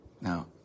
Now